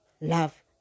love